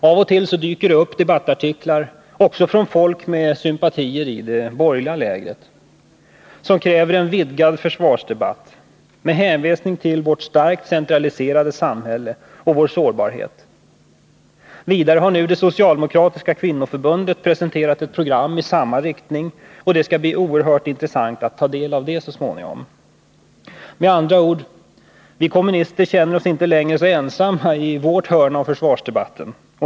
Av och till dyker det upp debattartiklar — också från folk med sympatier i det borgerliga lägret — som kräver en vidgad försvarsdebatt med hänvisning till vårt starkt centraliserade samhälle och vår sårbarhet. Vidare har nu det socialdemokratiska kvinnoförbundet presenterat ett program i samma riktning som det skall bli oerhört intressant att ta del av så småningom. Med andra ord: Vi kommunister känner oss inte längre så ensamma i vårt hörn av försvarsdebatten.